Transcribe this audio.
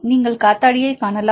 நீங்கள் காத்தாடியைக் காணலாம்